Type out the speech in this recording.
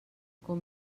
com